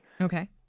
Okay